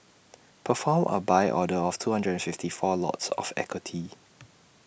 perform A buy order of two hundred and fifty four lots of equity